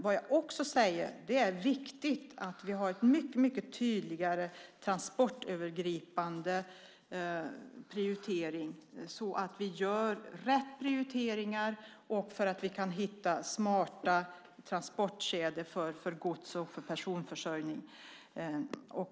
Det jag också säger är att det är viktigt att vi har en mycket tydligare transportövergripande prioritering så att vi gör rätt prioriteringar och kan hitta smarta transportkedjor för gods och för personförsörjning.